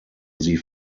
sie